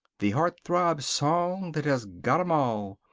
the heart-throb song that has got em all!